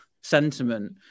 sentiment